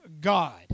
God